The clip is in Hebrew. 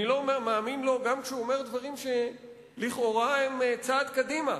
אני לא מאמין לו גם כשהוא אומר דברים שלכאורה הם צעד קדימה,